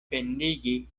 pendigi